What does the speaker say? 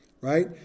Right